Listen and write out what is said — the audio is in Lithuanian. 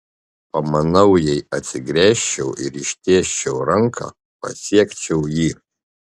pamanau jei atsigręžčiau ir ištiesčiau ranką pasiekčiau jį